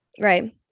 Right